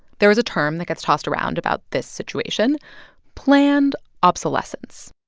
there's a term that gets tossed around about this situation planned obsolescence.